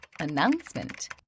Announcement